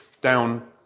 down